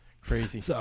Crazy